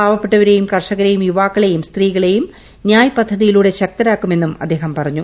പാവപ്പെട്ടവരെയും കർഷകരെയും യുവാക്കളെയും സ്ത്രീക്ക്കളിയും ന്യായ് പദ്ധതിയിലൂടെ ശക്തരാക്കുമെന്നും അദ്ദേഹം ഷ്ട്രഞ്ഞു